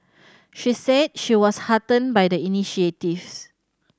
she said she was heartened by the initiatives